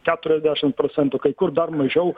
keturiasdešim procentų kai kur dar mažiau